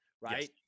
right